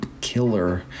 killer